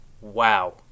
wow